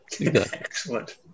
Excellent